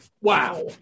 wow